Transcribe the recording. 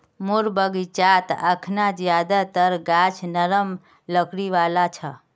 मोर बगीचात अखना ज्यादातर गाछ नरम लकड़ी वाला छ